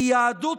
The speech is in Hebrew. כי יהדות,